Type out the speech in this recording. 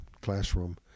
classroom